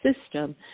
system